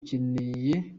ukeneye